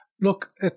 Look